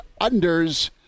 unders